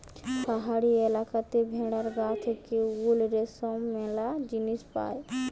পাহাড়ি এলাকাতে ভেড়ার গা থেকে উল, রেশম ম্যালা জিনিস পায়